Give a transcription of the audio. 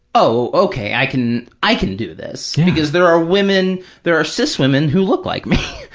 oh, okay, i can, i can do this, because there are women, there are cis women who look like me.